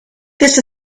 this